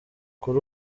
kuri